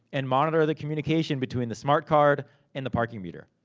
and monitor the communication between the smart card and the parking meter.